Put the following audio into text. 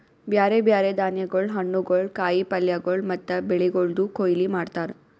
ಬ್ಯಾರೆ ಬ್ಯಾರೆ ಧಾನ್ಯಗೊಳ್, ಹಣ್ಣುಗೊಳ್, ಕಾಯಿ ಪಲ್ಯಗೊಳ್ ಮತ್ತ ಬೆಳಿಗೊಳ್ದು ಕೊಯ್ಲಿ ಮಾಡ್ತಾರ್